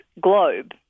globe